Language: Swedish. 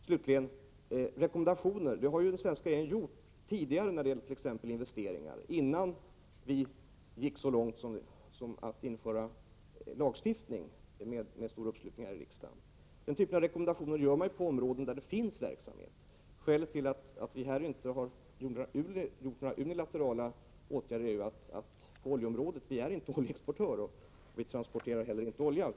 Slutligen: Rekommendationer har ju den svenska regeringen gjort tidigare, t.ex. när det gäller investeringar, innan vi gick så långt som att införa lagstiftning, med stor uppslutning här i riksdagen. Sådana rekommendatio ner gör man på områden där det finns verksamhet. Skälet till att vi inte har gjort några unilaterala åtgärder på oljeområdet är att Sverige inte är någon oljeexportör, och vi transporterar inte heller olja.